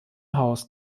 haus